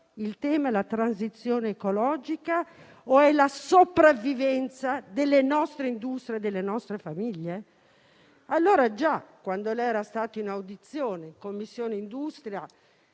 il tema sia la transizione ecologica o la sopravvivenza delle nostre industrie e delle nostre famiglie? Già quando è venuto in audizione in Commissione industria